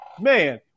Man